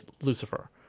Lucifer